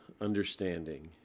understanding